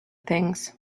things